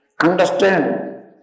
understand